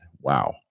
wow